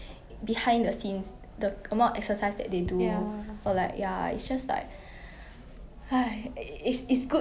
like chinese new year then 你去 like 其他人的家 then 你很瘦 then people will be like 你有吃饭的 mah 你有吃饭的 mah